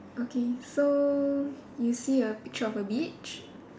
okay so you see a picture of a beach